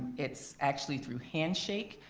it's actually through handshake,